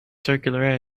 circular